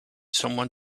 someone